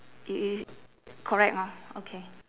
it it it correct hor okay